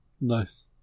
Nice